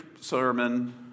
sermon